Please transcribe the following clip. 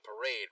parade